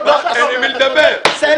כל